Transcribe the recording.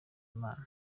imana